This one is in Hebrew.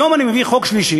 היום אני מביא חוק שלישי,